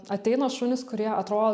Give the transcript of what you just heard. ateina šunys kurie atrodo